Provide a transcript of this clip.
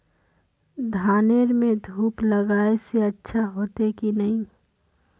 धानेर में धूप लगाए से अच्छा होते की नहीं?